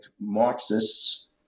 Marxists